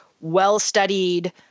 well-studied